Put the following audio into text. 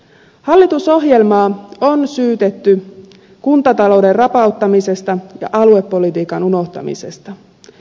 hallitusohjelmaa on syytetty kuntatalouden rapauttamisesta ja aluepolitiikan unohtamisesta